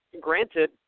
granted